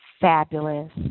fabulous